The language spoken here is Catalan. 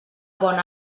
bon